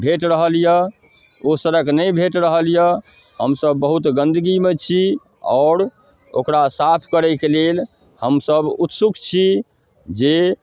भेटि रहल अइ ओ सड़क नहि भेटि रहल अइ हमसभ बहुत गन्दगीमे छी आओर ओकरा साफ करैके लेल हमसभ उत्सुक छी जे